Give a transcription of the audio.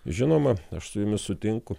žinoma aš su jumis sutinku